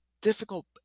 difficult